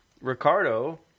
Ricardo